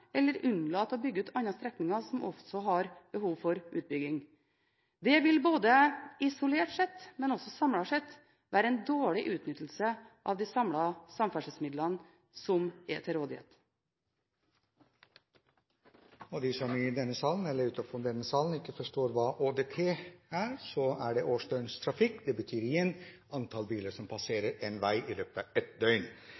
eller unnlate å bygge ut andre strekninger som også har behov for utbygging. Det vil isolert sett, men også samlet sett, være en dårlig utnyttelse av de samlede samferdselsmidlene som er til rådighet. Til dem i denne salen, eller utenfor denne salen, som ikke forstår hva ÅDT er: Det er årsdøgnstrafikk. Det betyr igjen antall biler som